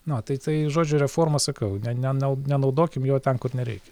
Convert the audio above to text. na va tai tai žodžiu reforma sakau ne nenau nenaudokim jo ten kur nereikia